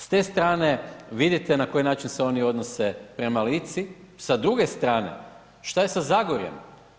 S te strane, vidite na koji način se oni odnose prema Lici, sa druge strane, što je sa zagorjem?